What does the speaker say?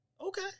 Okay